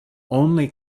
only